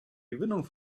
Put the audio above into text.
gewinnung